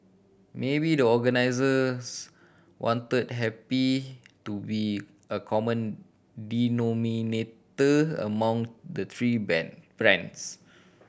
maybe the organisers wanted happy to be a common denominator among the three band brands